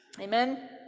Amen